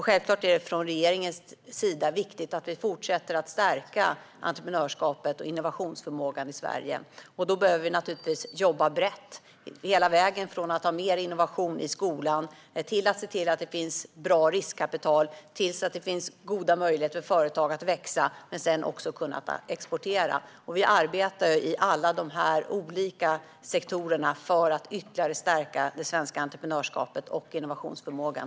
Självklart anser regeringen att det är viktigt att fortsätta stärka entreprenörskapet och innovationsförmågan i Sverige, och då behöver vi naturligtvis jobba brett - hela vägen från att ha mer innovation i skolan till att se till att det finns bra riskkapital och goda möjligheter för företag att växa och även exportera. Vi arbetar i alla dessa olika sektorer för att ytterligare stärka det svenska entreprenörskapet och innovationsförmågan.